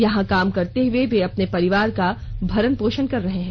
यहां काम करते हुए वे अपने परिवार का भरण पोषण कर रहे हैं